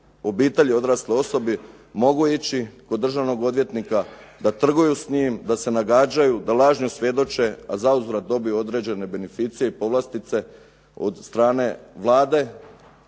obitelji odrasle osobe mogu ići kod državnog odvjetnika da trguju s njim, da se nagađaju, da lažno svjedoče, a zauzvrat dobiju određene beneficije i povlastice od strane Vlade,